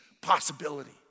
possibility